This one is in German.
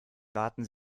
waten